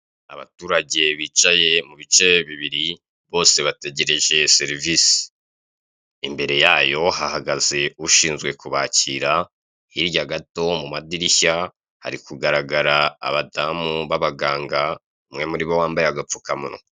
Abaturage bicaye mu bice bibiri, bose bategerereje serivise. Imbere yayo hahagaze ushinzwe kubakira, hirya gato mu madirishya, hari kugaragara abadamu b'abaganga umwe muri bo wambaye agapfukamunwa.